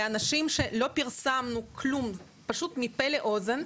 לא פרסמנו כלום, פשוט מפה לאוזן.